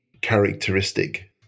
characteristic